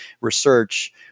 research